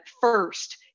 first